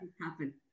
happen